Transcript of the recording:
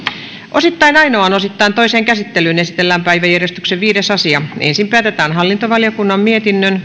osittain ainoaan osittain toiseen käsittelyyn esitellään päiväjärjestyksen viides asia ensin päätetään hallintovaliokunnan mietinnön